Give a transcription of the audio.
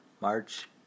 March